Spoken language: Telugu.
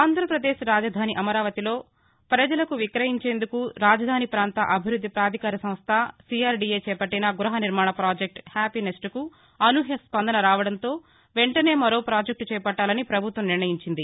ఆంధ్రప్రదేశ్ రాజధాని అమరావతిలో ప్రజలకు విక్రయించేందుకు రాజధాని పాంత అభివృద్ది పాధికార సంస్ట సీఆర్ డీఏ చేపట్టిన గృహ నిర్మాణ పాజెక్టు హ్యాపీనెస్ట్కు అనూహ్య స్పందన రావడంతో వెంటనే మరో ప్రాజెక్టును చేపట్టాలని ప్రభుత్వం నిర్ణయించింది